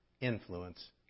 influence